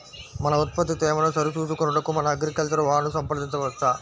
మన ఉత్పత్తి తేమను సరిచూచుకొనుటకు మన అగ్రికల్చర్ వా ను సంప్రదించవచ్చా?